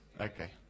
Okay